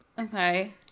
Okay